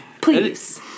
Please